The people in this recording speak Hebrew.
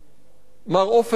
מר עופר עיני,